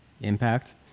impact